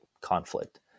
conflict